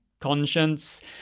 conscience